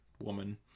woman